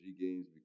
games